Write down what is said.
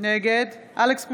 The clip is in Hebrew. נגד אלכס קושניר,